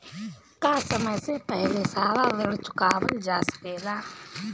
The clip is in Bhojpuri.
का समय से पहले सारा ऋण चुकावल जा सकेला?